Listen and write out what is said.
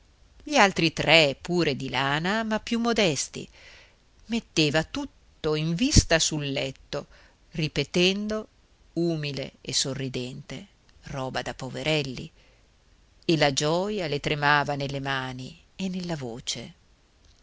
gli altri tre pure di lana ma più modesti metteva tutto in vista sul letto ripetendo umile e sorridente roba da poverelli e la gioja le tremava nelle mani e nella voce